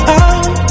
out